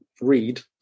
read